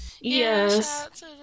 yes